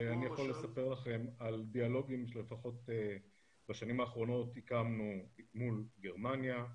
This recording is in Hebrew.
אני יכול לספר לכם על דיאלוגים שבשנים האחרונות הקמנו מול גרמניה,